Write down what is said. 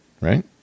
right